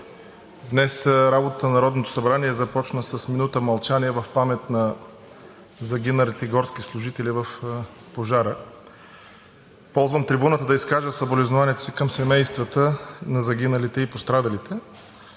Днес работата на Народното събрание започна с минута мълчание в памет на загиналите горски служители в пожара. Ползвам трибуната да изкажа съболезнованията си към семействата на загиналите и пострадалите.